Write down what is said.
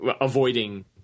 avoiding